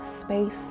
space